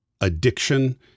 addiction